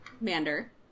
mander